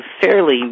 fairly